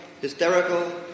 hysterical